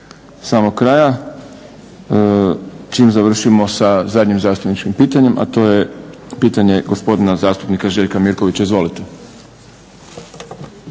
samog kraja čim završimo sa zadnjim zastupničkim pitanjem, a to je pitanje gospodina zastupnika Željka Mirkovića. Izvolite.